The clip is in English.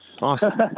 Awesome